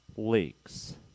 leaks